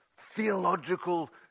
theological